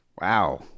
wow